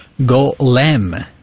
golem